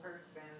person